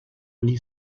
really